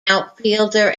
outfielder